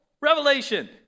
revelation